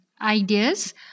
ideas